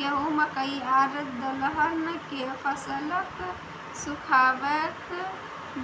गेहूँ, मकई आर दलहन के फसलक सुखाबैक